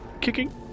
kicking